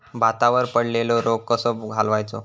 भातावर पडलेलो रोग कसो घालवायचो?